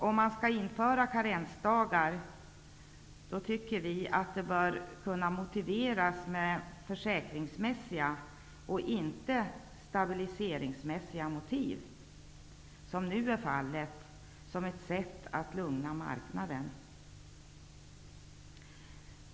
Om man skall införa karensdagar, tycker vi att det bör kunna motiveras försäkringsmässigt, inte stabiliseringsmässigt som nu är fallet, som ett sätt att lugna marknaden.